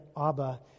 Abba